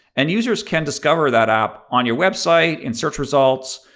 and users can discover that app on your website and search results,